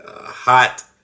hot